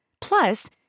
Plus